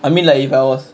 I mean like if I was